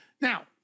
Now